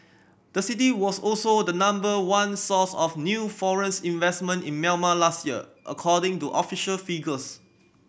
the city was also the number one source of new foreign's investment in Myanmar last year according to official figures